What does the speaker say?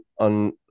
on